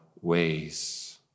ways